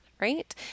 Right